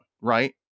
right